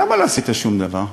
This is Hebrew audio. למה לא עשית שום דבר?